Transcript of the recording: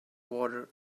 water